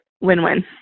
win-win